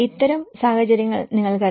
അത്തരം സാഹചര്യങ്ങൾ നിങ്ങൾക്കറിയാം